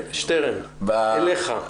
שטרן, אליך.